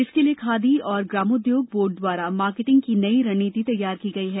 इसके लिए खादी और ग्रामोद्योग बोर्ड द्वारा मार्केटिंग की नई रणनीति तैयार की गई है